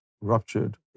ruptured